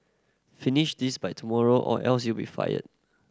finish this by tomorrow or else you'll be fired